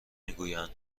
میگویند